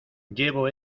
llevo